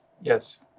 Yes